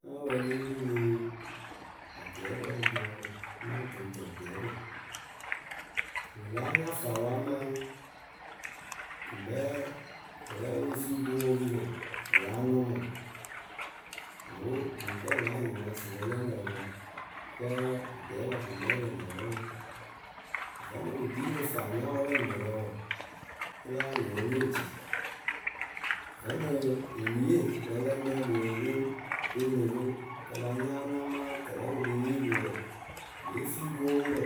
Náa wɛɛlɩ ŋ́ ru rɨ akɛɛpǝ rɨ bɔɔrǝ amaa ǝtɨŋtǝǝkɛɛpǝ. Pɨ láa nya faawǝ amaa. pɨ ŋkpɛ pɨ lǝ́ǝ pǝ pɨ ŋ fii gʊʊpirǝ, pɨ láa nʊmʊ? Awo mɨŋ kǝ́ la anyɩmaasɩpǝ lǝ lǝǝ wǝ Kǝ́ akɛɛpǝ pɨ ŋkpɛ pɨ lǝ wǝǝ Vǝ́nɨ pɨ kpii rɨ faanyawǝ lǝ mǝrǝ wǝǝ, kɨ láa nyɩŋ wɨ le ŋ ci Vǝ́nɨ eniye wɛlɛŋrǝ loo poŋ goonu pɨ, pɨ la nyaanɨ amaa tɨrɛ wɨ le yee pɨ wɔɔ pɨ lée fii gʊʊrʊrǝ.